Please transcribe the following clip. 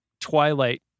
Twilight